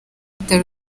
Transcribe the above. ibitaro